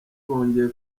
bongeye